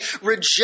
reject